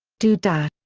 doo dah!